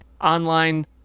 Online